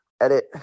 edit